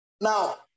Now